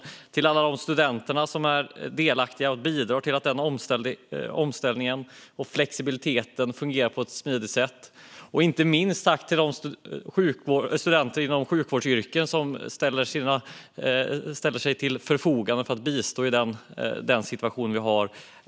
Jag vill tacka alla de studenter som är delaktiga och bidrar till att den omställningen och flexibiliteten fungerar på ett smidigt sätt. Inte minst vill jag tacka de studenter inom sjukvårdsyrken som ställer sig till förfogande för att bistå i den situation vi har.